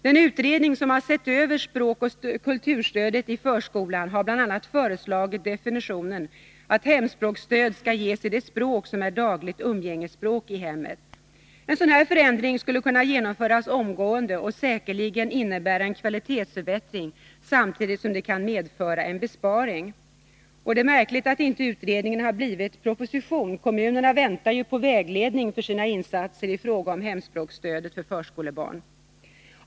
Den utredning som har sett över språkoch kulturstödet i förskolan har bl.a. föreslagit definitionen att hemspråksstöd skall ges i det språk som är dagligt umgängesspråk i hemmet. En sådan förändring skulle kunna genomföras omgående och säkerligen innebära en kvalitetsförbättring, samtidigt som den kan medföra en besparing. Det är märkligt att utredningen inte har blivit en proposition. Kommunerna väntar ju på vägledning för sina insatser i fråga om hemspråksstöd för förskolebarn.